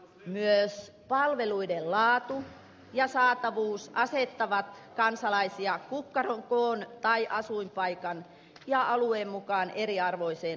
myös palveluiden laatu ja saatavuus asettavat kansalaisia kukkaron koon tai asuinpaikan ja alueen mukaan eriarvoiseen asemaan